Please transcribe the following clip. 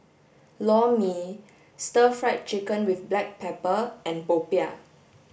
lor mee stir fried chicken with black pepper and popiah